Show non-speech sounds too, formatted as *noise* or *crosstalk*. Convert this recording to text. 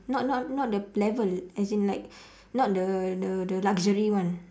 not not not the level as in like *breath* not the the the luxury one